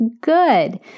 good